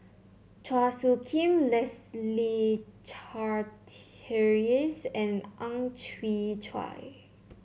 Chua Soo Khim Leslie Charteris and Ang Chwee Chai